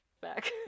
back